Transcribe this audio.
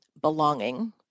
belonging